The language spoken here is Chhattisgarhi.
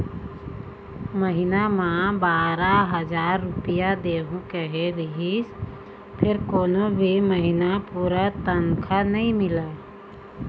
महिना म बारा हजार रूपिया देहूं केहे रिहिस फेर कोनो भी महिना पूरा तनखा नइ मिलय